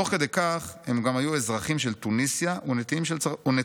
תוך כדי כך הם גם היו אזרחים של תוניסיה ונתינים של צרפת.